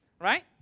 Right